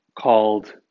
called